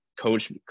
coach